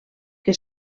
que